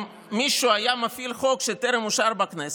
אם מישהו היה מפעיל חוק שטרם אושר בכנסת,